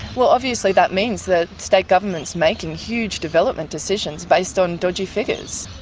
well obviously that means that state government's making huge development decisions based on dodgy figures.